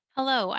Hello